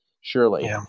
surely